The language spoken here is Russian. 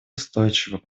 устойчивый